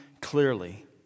clearly